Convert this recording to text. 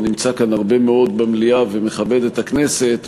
ונמצא כאן הרבה מאוד במליאה ומכבד את הכנסת,